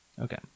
Okay